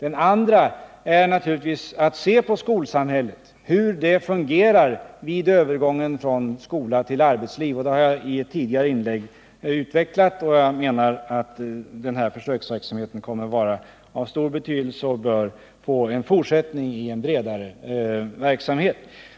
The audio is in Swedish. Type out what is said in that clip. En annan väg är naturligtvis att se på hur skolsystemet fungerar i samband med ungdomarnas övergång från skola till arbetsliv — jag har utvecklat den frågan i ett tidigare inlägg, och jag menar att den försöksverksamhet jag talat om kommer att bli av stor betydelse och att den bör få en fortsättning i en bredare verksamhet.